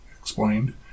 explained